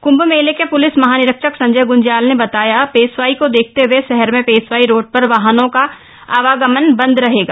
कृंभ मेले के प्लिस महानिरीक्षक संजय ग्ंज्याल ने बताया पेशवाई को देखते हए शहर में पेशवाई रोड पर वाहनों का आवागमन बंद रहेगा